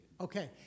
Okay